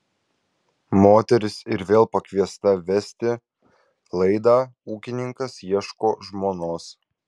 moteris ir vėl pakviesta vesti laidą ūkininkas ieško žmonos